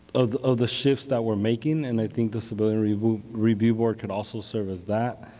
of the of the shifts that we are making and i think the civilian review review board could also serve as that.